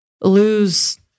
lose